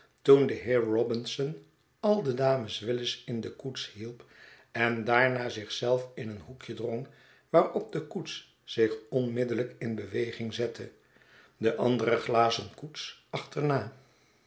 de heer robinson al de dames willis in de koets hielp en daarna zichzelf in een hoekje drong waarop de koets zich onmiddellijk in beweging zette de andere glazen koets achterna